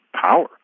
power